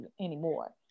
anymore